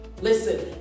Listen